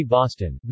Boston